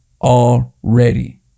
already